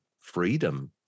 freedom